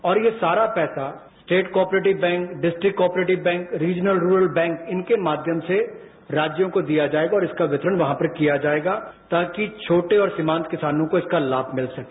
और ये सारा पैसा state cooperative bank district cooperative bank regional rural bank इनके माध्यम से राज्य को दिया जाएगा और इसका वितरण वहां पर किया जाएगा ताकि छोटे और सीमांत किसानों को इसका लाभ मिल सके